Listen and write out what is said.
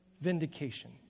vindication